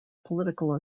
political